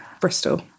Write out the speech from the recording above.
Bristol